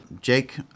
Jake